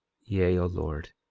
yea, o lord,